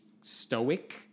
stoic